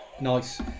Nice